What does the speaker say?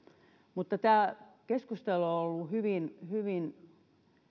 tämä keskustelu on ollut hyvin hyvin